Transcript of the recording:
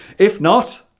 if not